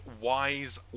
wise